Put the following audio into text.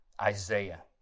Isaiah